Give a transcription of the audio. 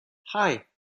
hey